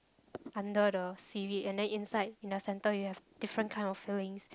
under the seaweed and then inside in the center you have different kind of fillings